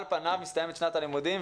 על פניו מסתיימת שנת הלימודים,